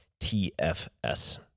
TFS